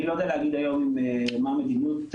אני לא יודע להגיד מה המדיניות היום,